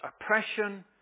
oppression